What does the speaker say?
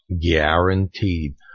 Guaranteed